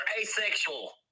asexual